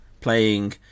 Playing